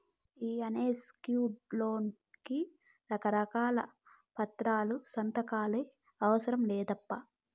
ఈ unsecured loan కి రకారకాల పత్రాలు, సంతకాలే అవసరం లేదప్పా